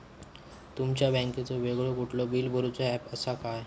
तुमच्या बँकेचो वेगळो कुठलो बिला भरूचो ऍप असा काय?